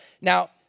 Now